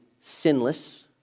sinless